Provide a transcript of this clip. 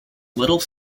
little